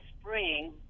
spring